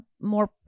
more